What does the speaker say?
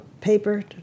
paper